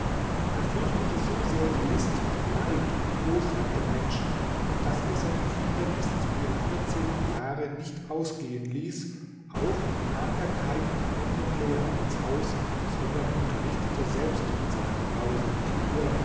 er fürchtete so sehr die list den neid und die bosheit der menschen daß er seine kinder bis zu ihrem vierzehnten jahre nicht ausgehen ließ auch nahm er keinen fremden lehrer ins haus sondern unterrichtete selbst mit seiner frau seine kinder